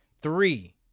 three